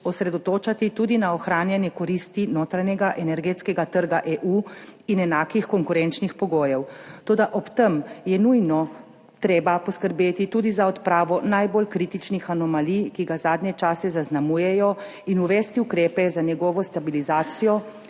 osredotočati tudi na ohranjanje koristi notranjega energetskega trga EU in enakih konkurenčnih pogojev. Toda ob tem je nujno treba poskrbeti tudi za odpravo najbolj kritičnih anomalij, ki ga zadnje čase zaznamujejo, in uvesti ukrepe za njegovo stabilizacijo,